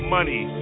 Money